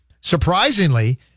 surprisingly